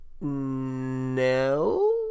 no